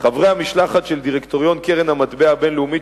"חברי המשלחת של דירקטוריון קרן המטבע הבין-לאומית,